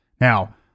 Now